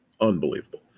unbelievable